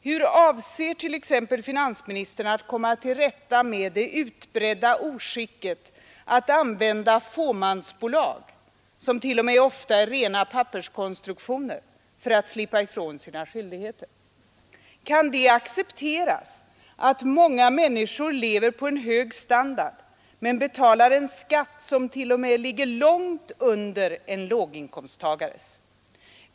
Hur avser t.ex. finansministern att komma till rätta med det utbredda oskicket att man använder fåmansbolag, som t.o.m. ofta är rena papperskonstruktioner, för att slippa ifrån sina skyldigheter? Kan det accepteras att många människor lever på en hög standard men betalar en skatt som t.o.m. ligger långt under en låginkomsttagares?